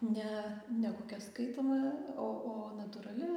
ne ne kokia skaitoma o o natūrali